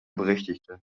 berechtigte